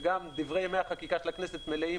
וגם דברי ימי החקיקה של הכנסת מלאים